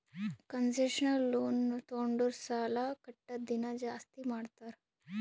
concessional loan ತೊಂಡುರ್ ಸಾಲಾ ಕಟ್ಟದ್ ದಿನಾ ಜಾಸ್ತಿ ಮಾಡ್ತಾರ್